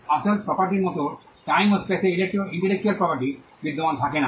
আসল প্রপার্টির মতো টাইম ও স্পেসে ইন্টেলেকচুয়াল প্রপার্টি বিদ্যমান থাকে না